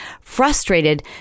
frustrated